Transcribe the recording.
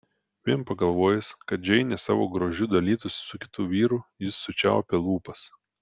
vien pagalvojęs kad džeinė savo grožiu dalytųsi su kitu vyru jis sučiaupė lūpas